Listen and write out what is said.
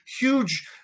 huge